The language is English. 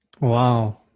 Wow